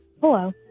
Hello